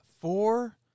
four